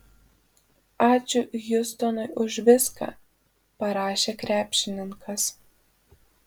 ačiū hjustonui už viską parašė krepšininkas